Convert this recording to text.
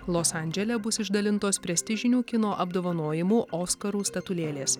los andžele bus išdalintos prestižinių kino apdovanojimų oskarų statulėlės